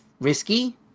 risky